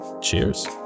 Cheers